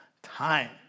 time